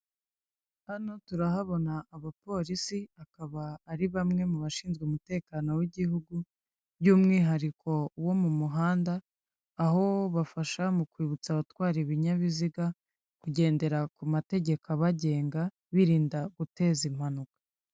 Hano turahabona abapolisi akaba ari bamwe mu bashinzwe umutekano w'igihugu by'umwihariko uwo mu muhanda aho bafasha mu kwibutsa abatwara ibinyabiziga kugendera ku mategeko abagenga, birinda guteza impanuka.